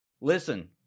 listen